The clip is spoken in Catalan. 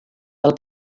del